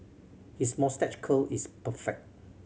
his moustache curl is perfect